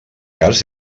cas